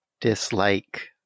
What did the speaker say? dislike